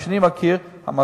מתוך מה שאני מכיר,